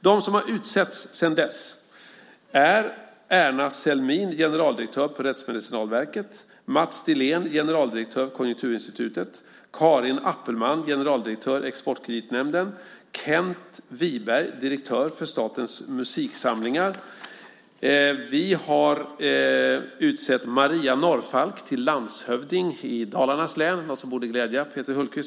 De som har utsetts sedan dess är Erna Zelmin, generaldirektör för Rättsmedicinalverket, Mats Dillén, generaldirektör för Konjunkturinstitutet, Karin Apelman, generaldirektör för Exportkreditnämnden och Kent Wiberg, direktör för Statens musiksamlingar. Vi har också utsett Maria Norrfalk till landshövding i Dalarnas län, något som borde glädja också Peter Hultqvist.